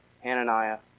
Hananiah